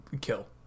kill